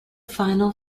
final